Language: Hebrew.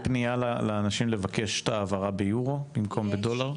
פנייה לאנשים לבקש את ההעברה באירו במקום בדולר?